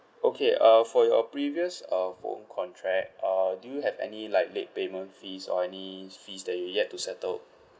okay uh for your previous uh phone contract uh do you have any like late payment fees or any fees that you yet to settled